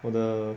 我的